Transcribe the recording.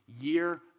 year